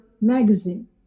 magazine